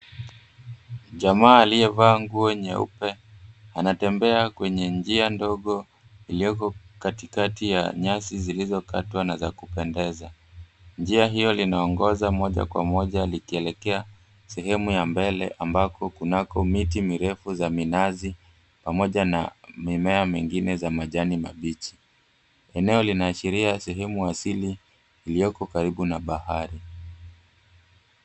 Jamaa aliyevaa nguo nyeupe anatembea kwenye njia ndogo iliyoko katikati ya nyasi zilizokatwa na za kupendeza. Njia hiyo linaongoza moja kwa moja likielekea sehemu ya mbele ambako kunako miti mirefu za minazi pamoja na mimea mingine za majani mabichi. Eneo linaashiria sehemu asili iliyoko karibu na bahari.